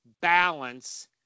balance